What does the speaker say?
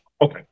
Okay